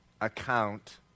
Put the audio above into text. account